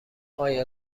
آیا